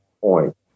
point